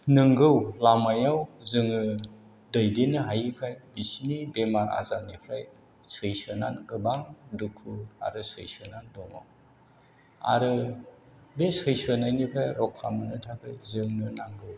नंगौ लामायाव जोङो दैदेननो हायिखाय बिसिनि बेमार आजारनिफ्राय सैसोनानै गोबां दुखु आरो सैसोनानै दङ आरो बे सैसोनायनिफ्राय रका मोननो थाखाय जोंनो नांगौ